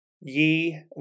ye